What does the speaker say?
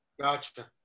Gotcha